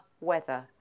weather